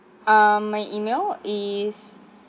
ah my email is